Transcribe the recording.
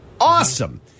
Awesome